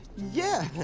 yeah,